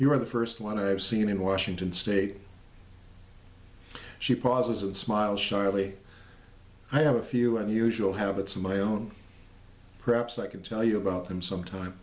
you're the first one i've seen in washington state she pauses and smiled shyly i have a few unusual habits of my own perhaps i can tell you about them sometime